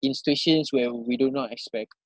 in situations where we do not expect